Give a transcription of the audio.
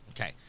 Okay